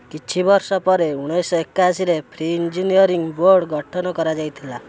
କିଛି ବର୍ଷ ପରେ ଉଣେଇଶହ ଏକାଅଶିରେ ଫ୍ରି ଇଞ୍ଜିନିୟରିଂ ବୋର୍ଡ ଗଠନ କରାଯାଇଥିଲା